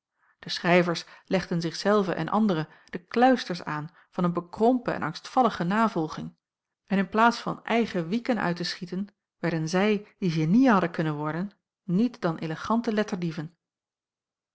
de schrijvers legden zich zelven en anderen de kluisters aan van een bekrompen en angstvallige navolging en in plaats van eigen wieken uit te schieten werden zij die geniën hadden kunnen worden niet dan elegante